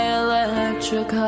electric